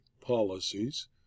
policies